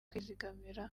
kwizigamira